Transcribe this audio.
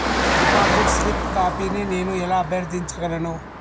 Deposit slip కాపీని నేను ఎలా అభ్యర్థించగలను?